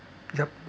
yup